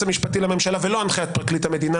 המשפטי לממשלה ולא הנחיית פרקליט המדינה.